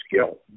skill